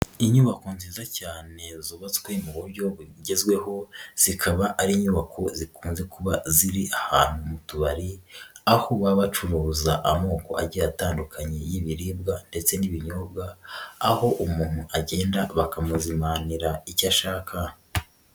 Inyubako nziza cyane zubatswe mu buryo bugezweho, zikaba ari inyubako zikunze kuba ziri ahantu mu tubari, aho babacuruza amoko agiye atandukanye y'ibiribwa ndetse n'ibinyobwa, aho umuntu agenda bakamuzimanira icyo ashaka.